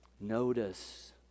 Notice